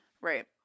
Right